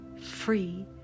free